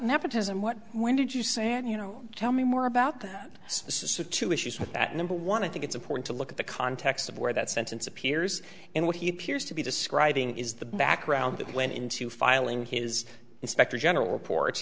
nepotism what when did you say and you know tell me more about that this is a two issues with that number one i think it's important to look at the context of where that sentence appears and what he appears to be describing is the background that went into filing his inspector general report